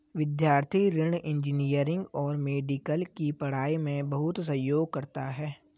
विद्यार्थी ऋण इंजीनियरिंग और मेडिकल की पढ़ाई में बहुत सहयोग करता है